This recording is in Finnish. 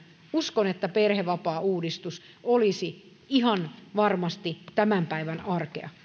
uskon että perhevapaauudistus olisi ihan varmasti tämän päivän arkea